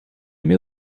mil